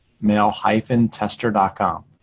mail-tester.com